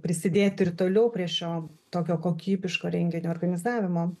prisidėt ir toliau prie šio tokio kokybiško renginio organizavimo